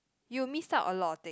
you miss out a lot of thing